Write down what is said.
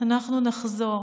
אנחנו נחזור.